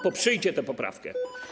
Poprzyjcie tę poprawkę.